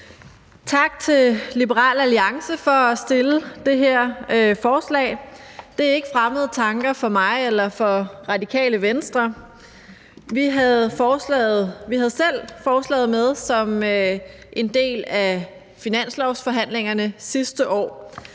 Tak til Liberal Alliance for at stille det her forslag. Det er ikke fremmede tanker for mig eller for Radikale Venstre. Vi havde selv forslaget med som en del af finanslovsforhandlingerne sidste år.